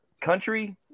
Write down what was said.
Country